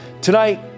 Tonight